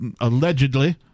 allegedly